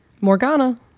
Morgana